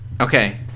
okay